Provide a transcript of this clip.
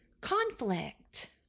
conflict